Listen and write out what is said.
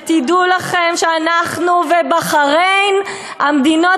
ותדעו לכם שאנחנו ובחריין המדינות